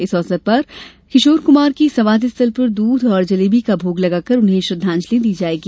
इस अवसर पर किशोर कुमार की समाधिस्थल पर दूध और जलेबी का भोग लगाकर उन्हें श्रद्धांजलि दी जायेगी